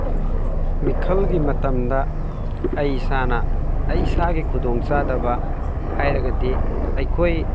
ꯃꯤꯈꯜꯒꯤ ꯃꯇꯝꯗ ꯑꯩ ꯏꯁꯥꯅ ꯑꯩ ꯏꯁꯥꯒꯤ ꯈꯨꯗꯣꯡ ꯆꯥꯗꯕ ꯍꯥꯏꯔꯒꯗꯤ ꯑꯩꯈꯣꯏ